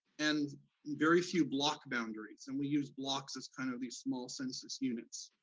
and very few block boundaries. and we use blocks as kind of these small census units,